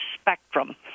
spectrum